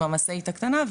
עם המשאית הקטנה,